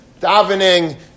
davening